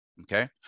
Okay